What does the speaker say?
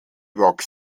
rock